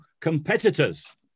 competitors